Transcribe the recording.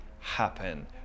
happen